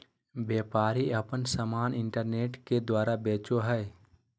व्यापारी आपन समान इन्टरनेट के द्वारा बेचो हइ